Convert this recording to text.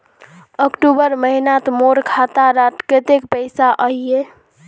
अक्टूबर महीनात मोर खाता डात कत्ते पैसा अहिये?